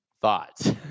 thoughts